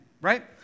right